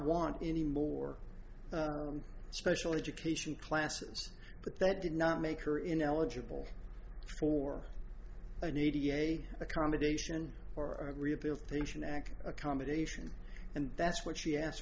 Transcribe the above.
want any more special education classes but that did not make her ineligible for an e t a accommodation or rehabilitation act accommodation and that's what she asked